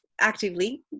actively